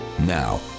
Now